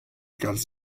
kalz